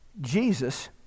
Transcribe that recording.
Jesus